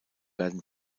werden